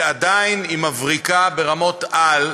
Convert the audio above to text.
שעדיין היא מבריקה ברמות-על,